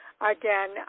again